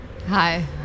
hi